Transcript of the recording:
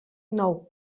nou